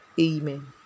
Amen